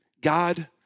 God